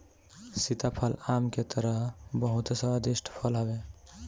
सीताफल आम के तरह बहुते स्वादिष्ट फल हवे